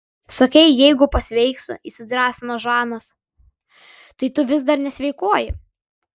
sakei jeigu pasveiksiu įsidrąsino žanas tai tu vis dar nesveikuoji